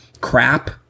crap